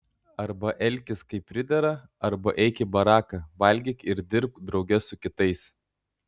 arba elkis kaip pridera arba eik į baraką valgyk ir dirbk drauge su kitais